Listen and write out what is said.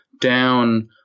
down